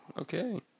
Okay